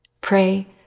Pray